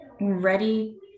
ready